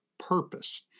purpose